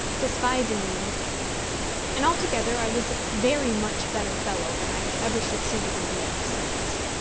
despising mean things and altogether i was a very much better fellow than i have ever succeeded in being since.